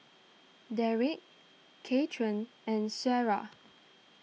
Darrick Kathern and Shara